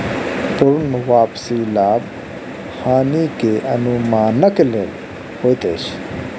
पूर्ण वापसी लाभ हानि के अनुमानक लेल होइत अछि